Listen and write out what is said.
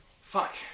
Fuck